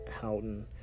Houghton